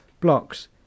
Blocks